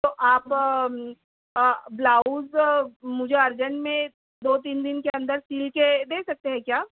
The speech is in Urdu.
تو آپ بلاوز مجھے ارجنٹ میں دو تین دِن کے اندر سِل کے دے سکتے ہیں کیا